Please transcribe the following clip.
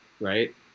right